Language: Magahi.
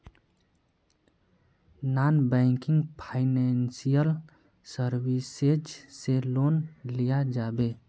नॉन बैंकिंग फाइनेंशियल सर्विसेज से लोन लिया जाबे?